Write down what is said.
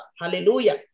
hallelujah